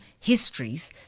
Histories